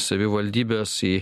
savivaldybės į